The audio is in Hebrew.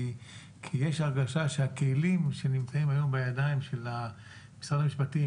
כי יש הרגשה שהכלים שנמצאים היום בידיים של משרד המשפטים,